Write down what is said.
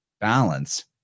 balance